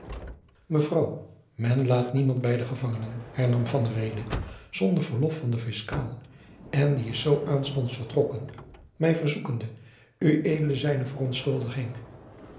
mevrouw men laat niemand bij de gevangenen hernam van reede zonder verlof van den fiscaal en die is zoo aanstonds vertrokken mij verzoekende ued zijne verontschuldiging